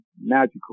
magical